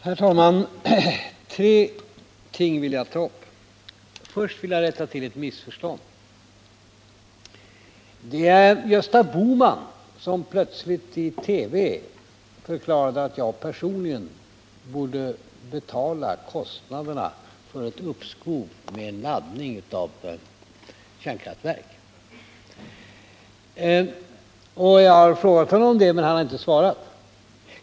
Herr talman! Tre ting vill jag ta upp. Först vill jag rätta till ett missförstånd. Det var Gösta Bohman som plötsligt i TV förklarade att jag personligen borde betala kostnaderna för ett uppskov med laddning av kärnkraftverk. Jag har frågat honom om det, men han har inte svarat.